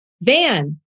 Van